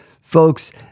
Folks